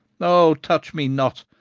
oh, touch me not,